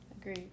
agree